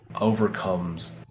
overcomes